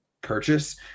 purchase